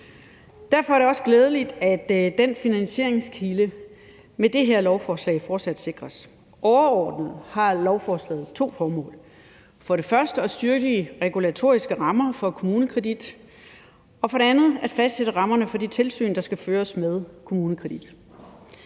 Derfor er det også glædeligt, at den finansieringskilde fortsat sikres med det her lovforslag. Overordnet har lovforslaget to formål: for det første er at styrke de regulatoriske rammer for KommuneKredit og det andet at fastsætte rammerne for det tilsyn, der skal føres med KommuneKredit.